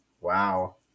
wow